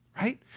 right